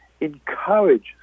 encourage